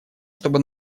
чтобы